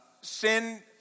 Sin